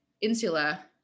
insula